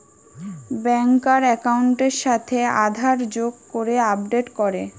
ব্যাংকার একাউন্টের সাথে আধার যোগ করে আপডেট করে